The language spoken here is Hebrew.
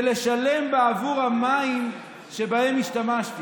ולשלם בעבור המים שבהם השתמשתי.